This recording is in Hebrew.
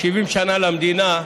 70 שנה למדינה,